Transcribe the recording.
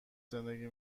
زندگی